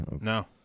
No